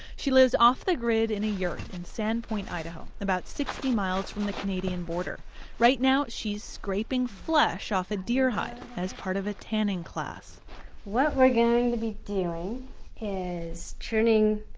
she lives off the grid in a yurt in sandpoint, idaho, about sixty miles from the canadian border right now, she's scraping flesh off a deer hide as part of a tanning class what we're going to be doing is turning